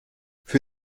für